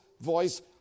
voice